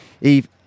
Eve